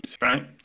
right